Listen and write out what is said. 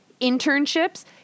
internships